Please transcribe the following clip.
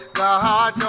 da